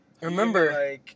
Remember